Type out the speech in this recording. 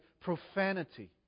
profanity